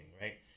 right